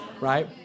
right